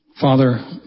Father